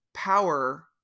power